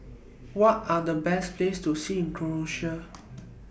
What Are The Best Place to See in Croatia